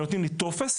הם נותנים לי טופס.